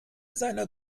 seiner